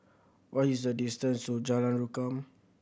what is the distance to Jalan Rukam